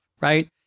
right